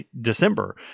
December